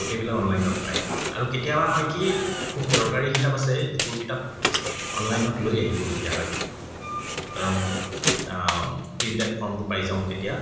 গোটেইবিলাক অনলাইনত পায় আৰু কেতিয়াবা হয় কি খুব দৰকাৰী কিতাপ আছে যিবোৰ কিতাপ অনলাইনত লৈ আহিবলগীয়া হয় কাৰণ প্ৰিণ্টেড ফৰ্মটো পাই যাওঁ তেতিয়া